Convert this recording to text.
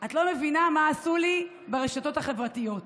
את לא מבינה מה עשו לי ברשתות החברתיות.